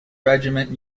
regiment